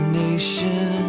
nation